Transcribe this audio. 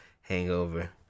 hangover